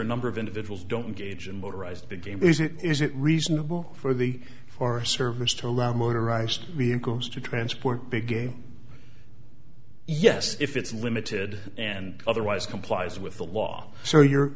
a number of individuals don't gauge and motorized the game is it is it reasonable for the forest service to allow motorized vehicles to transport big game yes if it's limited and otherwise complies with the law so you